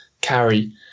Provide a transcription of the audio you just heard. carry